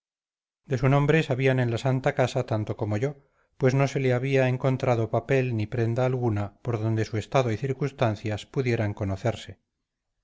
de su nombre sabían en la santa casa tanto como yo pues no se le había encontrado papel ni prenda alguna por donde su estado y circunstancias pudieran conocerse